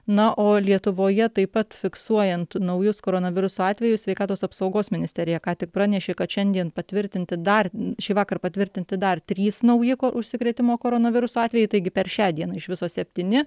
na o lietuvoje taip pat fiksuojant naujus koronaviruso atvejus sveikatos apsaugos ministerija ką tik pranešė kad šiandien patvirtinti dar šįvakar patvirtinti dar trys nauji užsikrėtimo koronavirusu atvejai taigi per šią dieną iš viso septyni